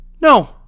No